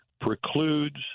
precludes